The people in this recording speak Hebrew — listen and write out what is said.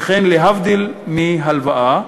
שכן להבדיל מהלוואה,